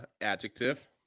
adjective